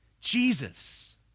Jesus